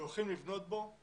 שהולכים לבנות בו